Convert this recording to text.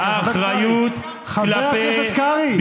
מי שפועל מתוך אחריות ושיקול דעת מקבל לרוב